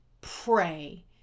pray